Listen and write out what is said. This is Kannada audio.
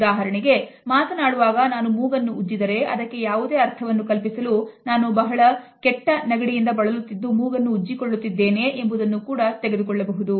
ಉದಾಹರಣೆಗೆ ಮಾತನಾಡುವಾಗ ನಾನು ಮೂಗನ್ನು ಉಜ್ಜಿದರೆ ಅದಕ್ಕೆ ಯಾವುದೇ ಅರ್ಥವನ್ನು ಕಲ್ಪಿಸಲು ನಾನು ಬಹಳ ಕೆಟ್ಟ ನೆಗಡಿಯಿಂದ ಬಳಲುತ್ತಿದ್ದು ಮೂಗನ್ನು ಉಜ್ಜಿಕೊಳ್ಳುತ್ತಿದ್ದೇನೆ ಎಂಬುದನ್ನು ಕೂಡ ತೆಗೆದುಕೊಳ್ಳಬಹುದು